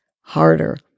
harder